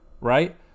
right